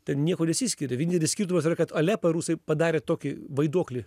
ten niekuo nesiskiria vienintelis skirtumas yra kad alepą rusai padarė tokį vaiduoklį